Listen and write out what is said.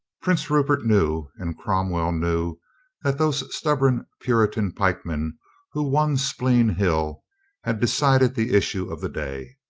prince rupert knew and cromwell knew that those stubborn puritan pikemen who won speen hill had decided the issue of the day.